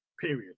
period